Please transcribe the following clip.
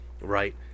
right